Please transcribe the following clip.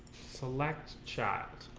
select child?